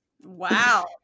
Wow